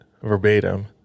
verbatim